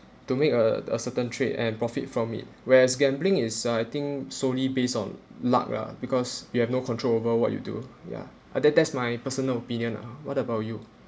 to make uh the a certain trade and profit from it whereas gambling is I think solely based on luck lah because you have no control over what you do ya uh the that's my personal opinion lah what about you